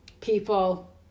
people